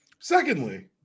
Secondly